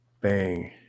bang